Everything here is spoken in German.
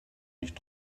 nicht